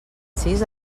sis